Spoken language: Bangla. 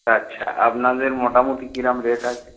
আচ্ছা আপনাদের মোটামুটি কীরকম রেট আছে